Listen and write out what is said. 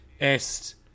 est